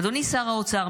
אדוני שר האוצר,